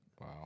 Wow